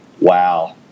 Wow